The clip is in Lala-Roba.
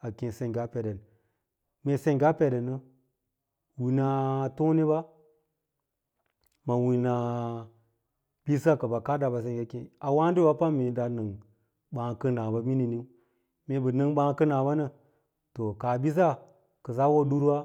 a kee senggas peven mee senggaa pedena wina toneba ma wina biss kə kada. mbeə keme auwedeya pam daa inzwo kənaa mvininiyi mee bə nemg baa kənaaba nə too kaabisa kə ka wo duwwa,